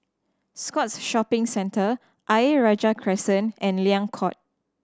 Scotts Shopping Centre Ayer Rajah Crescent and Liang Court